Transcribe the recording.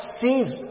sees